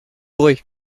bruit